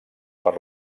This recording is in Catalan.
per